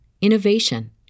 innovation